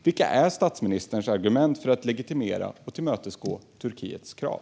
Vilka är statsministerns argument för att legitimera och tillmötesgå Turkiets krav?